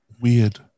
weird